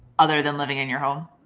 other than living in your home?